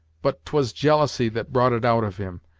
but t was jealousy that brought it out of him,